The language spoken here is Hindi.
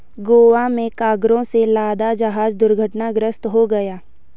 गोवा में कार्गो से लदा जहाज दुर्घटनाग्रस्त हो गया